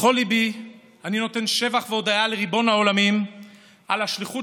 בכל ליבי אני נותן שבח והודיה לריבון העולמים על השליחות